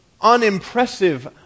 unimpressive